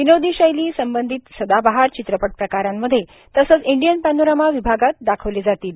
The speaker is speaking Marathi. विनोदी शैली संबंधित सदाबहार चित्रपट प्रकारामध्ये तसेच इंडियन पॅनोरमा विभागात दाखवले जातील